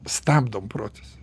stabdom procesą